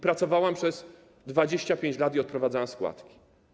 Pracowałam przez 25 lat i odprowadzałam składki.